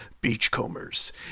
Beachcombers